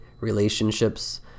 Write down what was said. Relationships